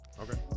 Okay